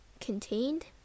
contained